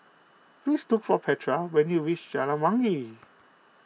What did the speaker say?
please look for Petra when you reach Jalan Wangi